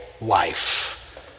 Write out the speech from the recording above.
life